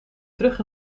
terug